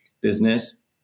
business